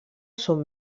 són